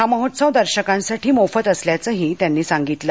हा महोत्सव दर्शकांसाठी मोफत असल्याचंही त्यांनी सांगितलं